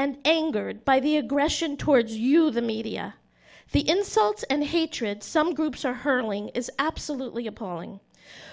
and angered by the aggression towards you the media the insults and the hatred some groups are hurling is absolutely appalling